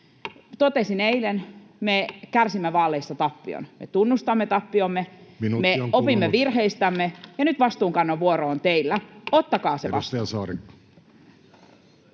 Totesin eilen: me kärsimme vaaleissa tappion. Me tunnustamme tappiomme. [Puhemies: Minuutti on kulunut!] Me opimme virheistämme, ja nyt vastuunkannon vuoro on teillä. Ottakaa se vastaan.